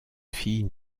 fille